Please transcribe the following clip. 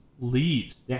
leaves